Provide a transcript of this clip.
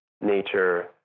nature